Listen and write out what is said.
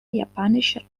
japanische